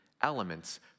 elements